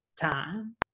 time